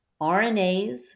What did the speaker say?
RNAs